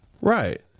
Right